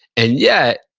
and yet,